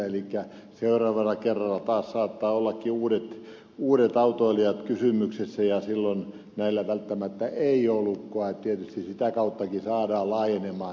elikkä seuraavalla kerralla saattavat taas ollakin uudet autoilijat kysymyksessä ja silloin näillä ei välttämättä ole lukkoa joten tietysti sitäkin kautta saadaan laajenemaan tämä määrä